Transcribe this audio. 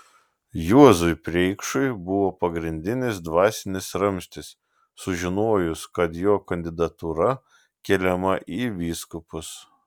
juozui preikšui buvo pagrindinis dvasinis ramstis sužinojus kad jo kandidatūra keliama į vyskupus